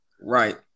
right